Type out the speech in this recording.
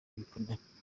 bikomeye